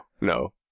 no